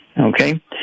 okay